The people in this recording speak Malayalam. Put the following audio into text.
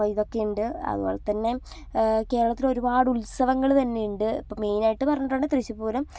അപ്പോൾ ഇതൊക്കെയുണ്ട് അതുപോലെതന്നെ കേരളത്തിലൊരുപാട് ഉത്സവങ്ങൾ തന്നെയുണ്ട് ഇപ്പോൾ മെയിനായിട്ട് പറഞ്ഞിട്ടുണ്ടെങ്കിൽ തൃശ്ശൂർപൂരം